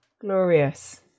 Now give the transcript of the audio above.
Glorious